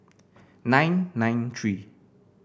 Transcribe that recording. nine nine three